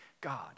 God